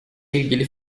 ilgili